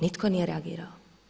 Nitko nije reagirao.